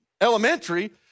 elementary